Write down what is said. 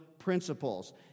principles